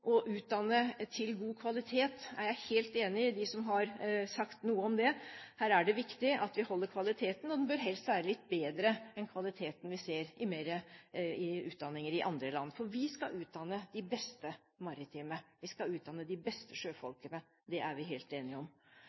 er helt enig med dem som har sagt noe om å utdanne til god kvalitet. Her er det viktig at vi holder kvaliteten, og den bør helst være litt bedre enn kvaliteten vi ser i utdanninger i andre land, for vi skal utdanne de beste sjøfolkene. Det er vi helt enige om. At vi har behov for samarbeid, arbeidsdeling og kompetanseutvikling, og at det også er